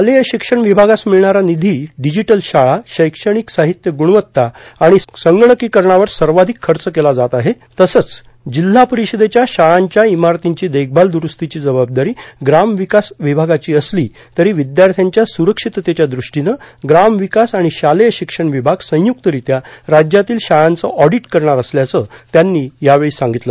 शालेय शिक्षण विभागास मिळणारा निधी डिजिटल शाळा शैक्षणिक साहित्य ग्रुणवत्ता आणि संगणकीकरणावर सर्वाधिक खर्च केला जात आहे तसंच जिल्हा परिषदेच्या शाळांच्या इमारतींची देखभाल दुरूस्तीची जबाबदारी ग्रामविकास विभागाची असली तरी विद्यार्थ्याच्या सुरक्षिततेच्या दृष्टीनं ग्रामविकास आणि शालेय शिक्षण विभाग संयुक्तरित्या राज्यातील शाळांचे ऑडिट करणार असल्याचं त्यांनी यावेळी सांगितलं